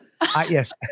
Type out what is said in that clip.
Yes